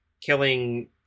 killing